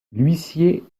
l’huissier